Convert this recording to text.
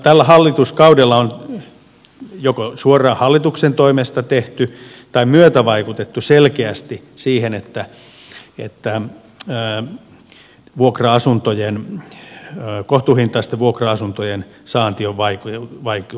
tällä hallituskaudella on myöskin joko suoraan hallituksen toimesta tehty tai myötävaikutettu selkeästi siihen että kohtuuhintaisten vuokra asuntojen saanti on vaikeutunut